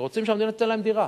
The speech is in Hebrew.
ורוצים שהמדינה תיתן להם דירה.